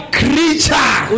creature